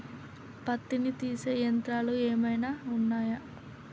పత్తిని తీసే యంత్రాలు ఏమైనా ఉన్నయా?